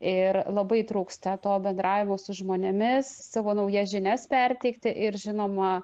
ir labai trūksta to bendravimo su žmonėmis savo naujas žinias perteikti ir žinoma